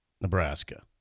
Nebraska